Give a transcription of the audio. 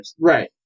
right